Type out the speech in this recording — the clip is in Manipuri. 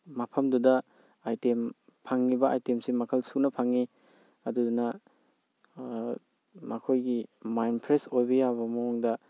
ꯃꯐꯝꯗꯨꯗ ꯑꯥꯏꯇꯦꯝ ꯐꯪꯉꯤꯕ ꯑꯥꯏꯇꯦꯝꯁꯤ ꯃꯈꯜ ꯁꯨꯅ ꯐꯪꯉꯤ ꯑꯗꯨꯗꯨꯅ ꯃꯈꯣꯏꯒꯤ ꯃꯥꯏꯟ ꯐ꯭ꯔꯦꯁ ꯑꯣꯏꯕ ꯌꯥꯕ ꯃꯑꯣꯡꯗ